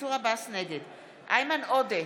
איימן עודה,